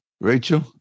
Rachel